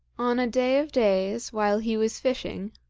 on a day of days, while he was fishing,